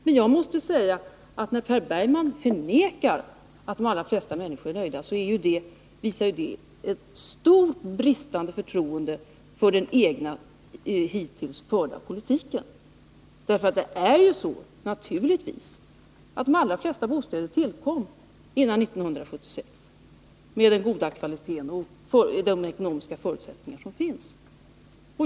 Men när Per Bergman förnekar att de flesta människor är nöjda visar det i hög grad bristande förtroende för den hittills förda socialdemokratiska politiken. Det är ju så, naturligtvis, att de allra flesta bostäder vi nu har tillkom före 1976, med den goda kvalitet de har och de ekonomiska förutsättningar som finns.